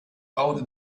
out